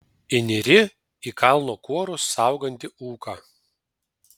įnyri į kalno kuorus saugantį ūką